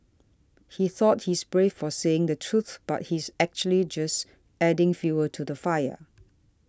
he thought he is brave for saying the truth but he is actually just adding fuel to the fire